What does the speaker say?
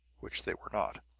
which they were not.